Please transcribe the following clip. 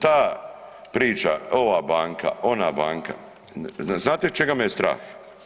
Ta priča ova banka, ona banka, znate čega me je strah?